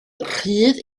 rhydd